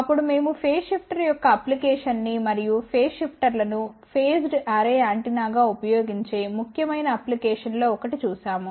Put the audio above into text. అప్పుడు మేము phase shifter యొక్క అప్లికేషన్ ని మరియు ఈ ఫేజ్ షిఫ్టర్లను ఫేజ్డ్ అర్రే యాంటెన్నాగా ఉపయోగించే ముఖ్యమైన అప్లికేషన్స్ లో ఒకటి చూశాము